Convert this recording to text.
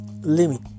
limit